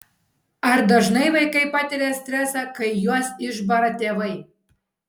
ar dažnai vaikai patiria stresą kai juos išbara tėvai